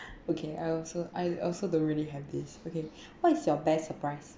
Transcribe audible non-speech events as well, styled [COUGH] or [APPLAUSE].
okay I also I also don't really have this okay [BREATH] what is your best surprise